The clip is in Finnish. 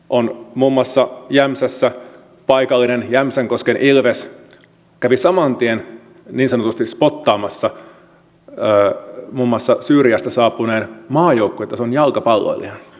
muun muassa jämsässä paikallinen jämsänkosken ilves kävi saman tien niin sanotusti spottaamassa muun muassa syyriasta saapuneen maajoukkuetason jalkapalloilijan